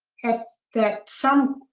that some,